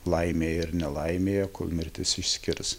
laimėj ir nelaimėje kol mirtis išskirs